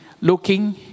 looking